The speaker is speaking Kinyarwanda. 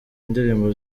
indirimbo